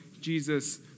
Jesus